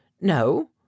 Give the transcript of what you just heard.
no